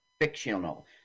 fictional